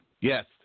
Yes